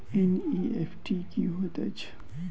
NEFT की होइत अछि?